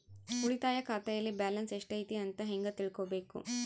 ಉಳಿತಾಯ ಖಾತೆಯಲ್ಲಿ ಬ್ಯಾಲೆನ್ಸ್ ಎಷ್ಟೈತಿ ಅಂತ ಹೆಂಗ ತಿಳ್ಕೊಬೇಕು?